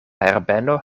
herbeno